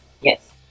Yes